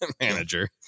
manager